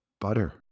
Butter